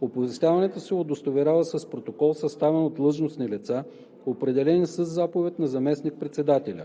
Оповестяването се удостоверява с протокол, съставен от длъжностни лица, определени със заповед на заместник-председателя.